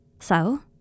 So